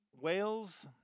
Wales